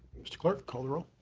mr. clerk, call the roll.